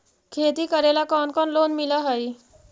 खेती करेला कौन कौन लोन मिल हइ?